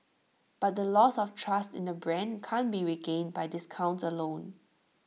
but the loss of trust in the brand can't be regained by discounts alone